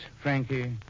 Frankie